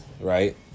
right